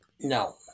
No